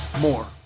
more